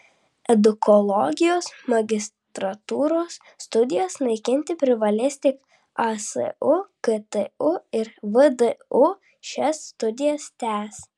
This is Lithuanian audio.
edukologijos magistrantūros studijas naikinti privalės tik asu ktu ir vdu šias studijas tęs